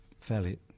fairly